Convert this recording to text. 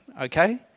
okay